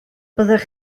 byddech